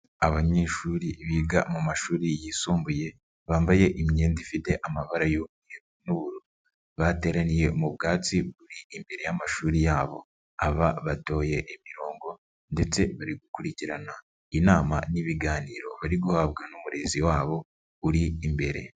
Abanyeshuri biga mu mashuri yisumbuye , bambaye imyenda ifite amabara y'umweru n'ubururu, bateraniye mu bwatsi buri imbere y'amashuri yabo, aba batoye imirongo ndetse bari gukurikirana inama n'ibiganiro bari guhabwa n'umurezi wabo, uri imbere.